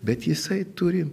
bet jisai turi